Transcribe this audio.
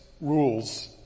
rules